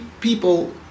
people